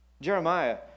Jeremiah